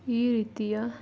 ಈ ರೀತಿಯ